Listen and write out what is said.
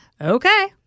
okay